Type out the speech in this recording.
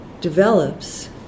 develops